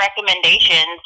recommendations